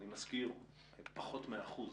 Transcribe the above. אני מזכיר, זה פחות מאחוז